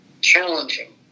challenging